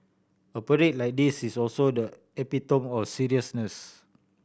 a parade like this is also the epitome of seriousness